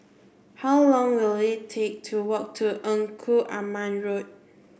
how long will it take to walk to Engku Aman Road